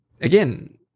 Again